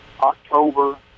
October